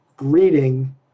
reading